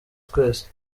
twese